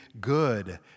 good